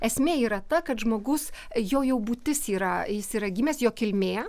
esmė yra ta kad žmogus jo jau būtis yra jis yra gimęs jo kilmė